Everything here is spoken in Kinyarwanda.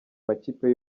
amakipe